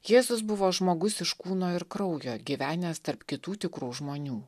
jėzus buvo žmogus iš kūno ir kraujo gyvenęs tarp kitų tikrų žmonių